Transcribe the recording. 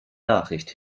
nachricht